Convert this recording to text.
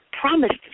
promised